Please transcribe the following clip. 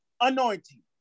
anointing